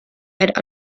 had